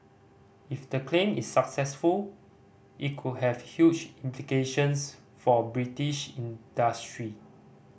if the claim is successful it could have huge implications for British industry